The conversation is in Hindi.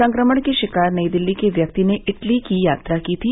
संक्रमण के शिकार नई दिल्ली के व्यक्ति ने इटली की यात्रा की थी